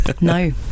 No